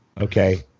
Okay